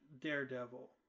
Daredevil